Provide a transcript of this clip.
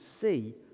see